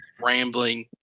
Rambling